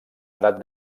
edat